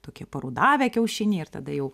tokie parudavę kiaušiniai ir tada jau